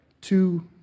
two